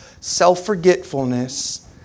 self-forgetfulness